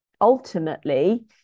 ultimately